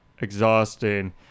exhausting